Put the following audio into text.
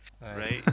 Right